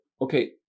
okay